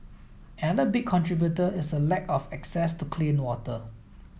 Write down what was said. another big contributor is a lack of access to clean water